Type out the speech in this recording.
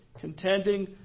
contending